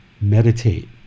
meditate